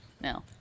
No